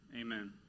Amen